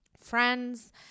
friends